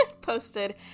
posted